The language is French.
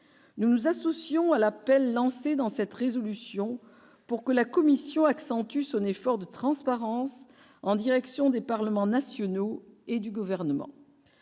nous nous associons à l'appel lancé dans cette résolution pour que la commission accentue son effort de transparence en direction des Parlements nationaux et du gouvernement